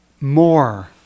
more